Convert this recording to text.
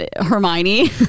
Hermione